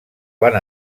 van